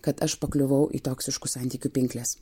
kad aš pakliuvau į toksiškų santykių pinkles